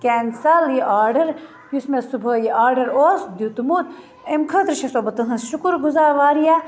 cancel یہِ order یُس مےٚ صُبحٲے یہِ آڈَر اوس دِیُتمُت امہِ خٲطرٕ چھ سو بہٕ تہٕنٛز شُکُر گُزار واریاہ